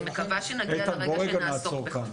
אני מקווה שנגיע לרגע שנעסוק בכך.